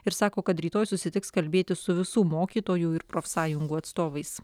ir sako kad rytoj susitiks kalbėtis su visų mokytojų ir profsąjungų atstovais